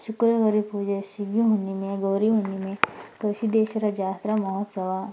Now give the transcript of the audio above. ಶುಕ್ರ ಗೌರಿ ಪೂಜೆ ಸೀಗೆ ಹುಣ್ಣಿಮೆ ಗೌರಿ ಹುಣ್ಣಿಮೆ ಗವಿ ಸಿದ್ದೇಶ್ವರ ಜಾತ್ರೆ ಮಹೋತ್ಸವ